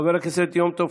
חבר הכנסת כלפון,